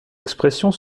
expression